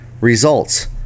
results